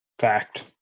fact